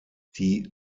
die